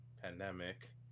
pandemic